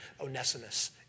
Onesimus